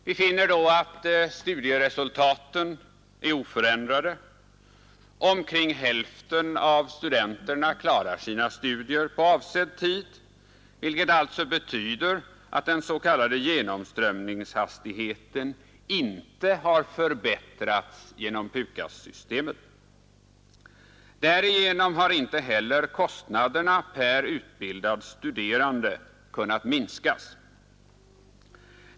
Vi finner då att studieresultaten är oförändrade. Omkring hälften av studenterna klarar sina studier på avsedd tid, vilket alltså betyder att den s.k. genomströmningshastigheten inte har förbättrats genom PUKAS-systemet. Därigenom har inte heller kostnaderna per utbildad studerande kunnat minskas.